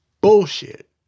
bullshit